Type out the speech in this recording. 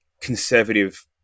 conservative